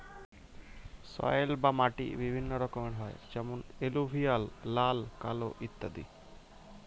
soil বা মাটি বিভিন্ন রকমের হয় যেমন এলুভিয়াল, লাল, কালো ইত্যাদি